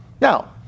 Now